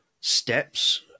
steps